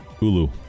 Hulu